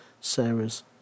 Sarah's